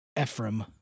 Ephraim